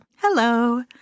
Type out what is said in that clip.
Hello